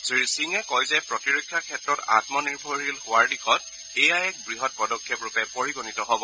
শ্ৰীসিঙে কয় যে প্ৰতিৰক্ষা ক্ষেত্ৰত আমনিৰ্ভৰশীল হোৱাৰ দিশত এয়া এক বৃহৎ পদক্ষেপ ৰূপে পৰিগণিত হ'ব